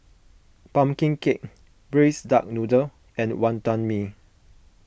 Pumpkin Cake Braised Duck Noodle and Wonton Mee